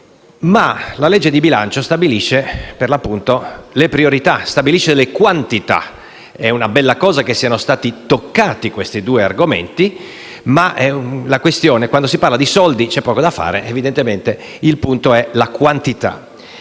ma la legge di bilancio stabilisce per l'appunto le priorità e le quantità. È una bella cosa che siano stati toccati questi due argomenti, ma quando si parla di soldi, c'è poco da fare, evidentemente il punto è la quantità.